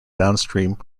downstream